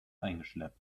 eingeschleppt